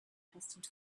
accustomed